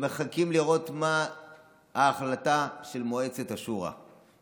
שמחכים לראות מה ההחלטה של מועצת השורא.